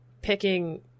picking